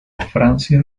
francia